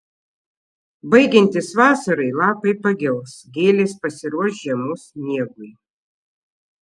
baigiantis vasarai lapai pagels gėlės pasiruoš žiemos miegui